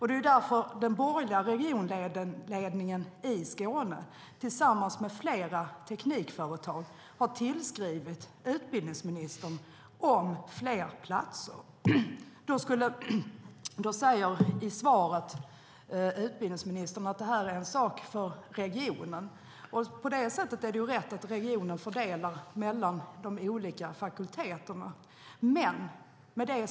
Därför har den borgerliga regionledningen i Skåne tillsammans med flera teknikföretag tillskrivit utbildningsministern om fler platser. I svaret säger utbildningsministern att detta är en sak för regionen. På så sätt är det rätt att regionen fördelar mellan de olika fakulteterna.